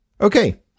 Okay